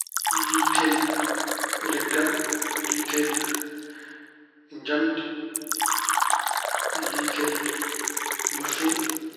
liitel, leggal, liitel njamdi, liitel masin.